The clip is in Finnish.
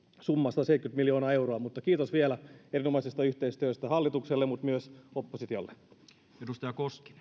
summa sataseitsemänkymmentä miljoonaa euroa mutta kiitos vielä erinomaisesta yhteistyöstä hallitukselle mutta myös oppositiolle